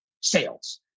Sales